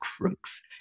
crooks